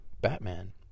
batman